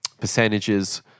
percentages